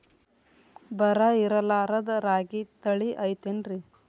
ಬರ ಇರಲಾರದ್ ರಾಗಿ ತಳಿ ಐತೇನ್ರಿ?